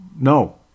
no